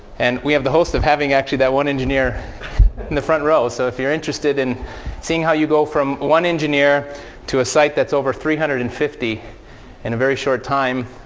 and we have the host of having, actually, that one engineer in the front row. so if you're interested in seeing how you go from one engineer to a site that's over three hundred and fifty in a very short time,